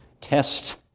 test